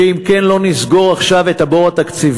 שאם כן, אם לא נסגור עכשיו את הבור התקציבי,